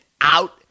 out